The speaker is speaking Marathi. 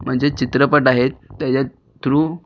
म्हणजे चित्रपट आहेत त्याच्या थ्रू